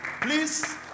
Please